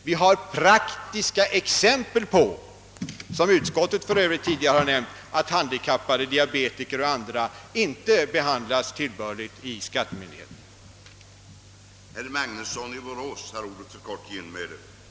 Det finns praktiska exempel, som utskottet för övrigt tidigare har nämnt, på att diabetiker och andra handikappade inte behandlas tillbörligt i skattehänseende.